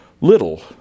little